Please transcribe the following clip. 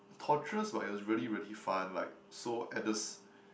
torturous but it was really really fun like so at the